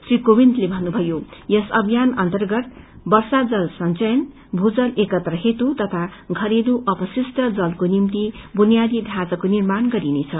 श्री मोविन्दले भन्नुभयो यस अभियान अर्न्तगत वर्षा जन संचयन भूजल एकत्र हेतु तथा घरेलू ऊपशिष्ट जलको निम्ति बुनियादी ढ़ाँचाको निामर्पाण गरिनेछ